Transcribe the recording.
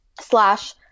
slash